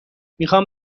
میخوام